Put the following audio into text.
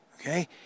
okay